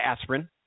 Aspirin